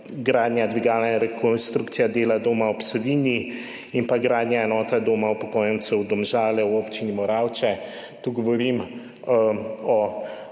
gradnja dvigala in rekonstrukcija dela Doma ob Savinji in gradnja enote Doma upokojencev Domžale v občini Moravče. Tu govorim o